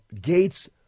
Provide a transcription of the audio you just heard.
Gates